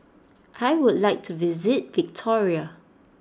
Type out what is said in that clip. I would like to visit Victoria